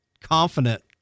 confident